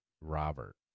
Robert